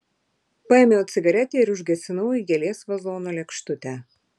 paėmiau cigaretę ir užgesinau į gėlės vazono lėkštutę